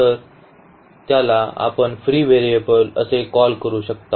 तर म्हणून त्याला आपण फ्री व्हेरिएबल्स असे कॉल करू शकता